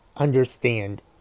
understand